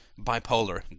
bipolar